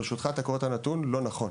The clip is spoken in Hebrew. ברשותך, אתה קורא את הנתון לא נכון.